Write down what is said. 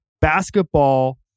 basketball